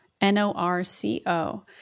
N-O-R-C-O